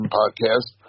podcast